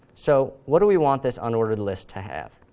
so what do we want this unordered list to have?